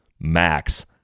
Max